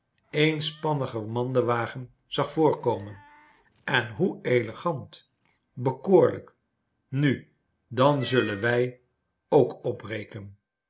eenspannigen mandewagen zag voorkomen en hoe elegant bekoorlijk nu dan zullen wij ook opbreken